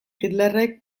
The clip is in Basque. hitlerrek